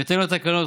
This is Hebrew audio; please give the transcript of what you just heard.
בהתאם לתקנות,